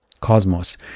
cosmos